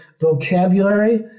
vocabulary